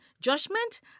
judgment